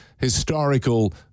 historical